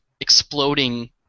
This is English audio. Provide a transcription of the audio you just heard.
exploding